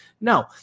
No